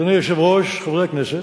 אדוני היושב-ראש, חברי הכנסת,